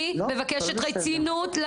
אני מבקשת רצינות,